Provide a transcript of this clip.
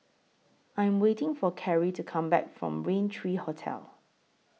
I Am waiting For Carri to Come Back from Raintr three Hotel